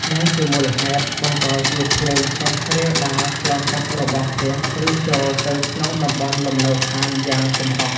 ដែលជាមូលហេតុបង្កជាភ្លើងឆេះរាលដាលឆ្លងកាត់របងផ្ទះ ឬចូលទៅក្នុងតំបន់លំនៅដ្ឋានយ៉ាងគំហុក។